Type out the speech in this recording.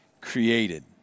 created